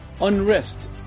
unrest